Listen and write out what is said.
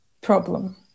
problem